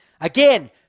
Again